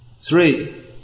three